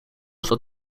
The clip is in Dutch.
zat